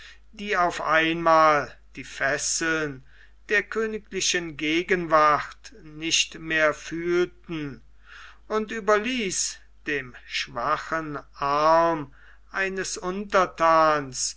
die auf einmal die fesseln der königlichen gegenwart nicht mehr fühlten und überließ dem schwachen arm eines unterthans